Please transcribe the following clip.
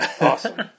Awesome